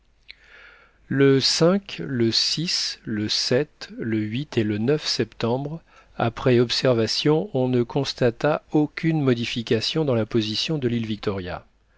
le le le le et le septembre après observation on ne constata aucune modification dans la position de l'île victoria